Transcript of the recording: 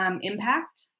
impact